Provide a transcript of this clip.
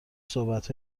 صحبت